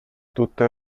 tutta